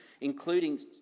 including